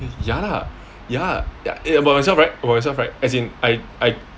ya lah ya ya eh about myself right about myself right as in I I